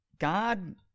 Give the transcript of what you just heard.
God